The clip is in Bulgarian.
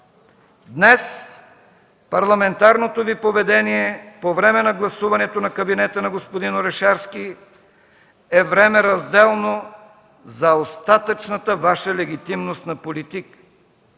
Днес парламентарното Ви поведение по време на гласуването на кабинета на господин Орешарски е време разделно за остатъчната Ваша легитимност на политик,